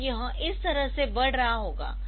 तो यह इस तरह से बढ़ रहा होगा